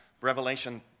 Revelation